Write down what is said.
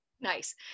Nice